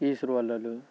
విసురు వలలు